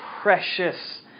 precious